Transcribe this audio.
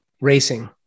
racing